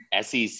SEC